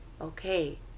okay